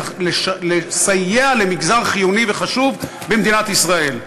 ולסייע למגזר חיוני וחשוב במדינת ישראל.